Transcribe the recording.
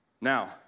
Now